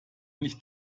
nicht